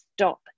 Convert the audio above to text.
stop